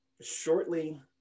shortly